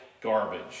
garbage